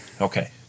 Okay